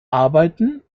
arbeiten